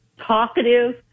talkative